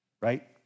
right